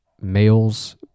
males